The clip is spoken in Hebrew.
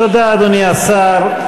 תודה, אדוני השר.